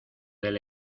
del